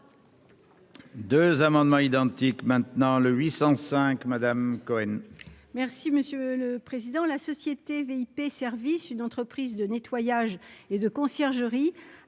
2 amendements identiques maintenant le 805 Madame Cohen.